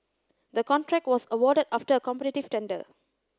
the contract was awarded after a competitive tender